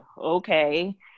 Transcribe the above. okay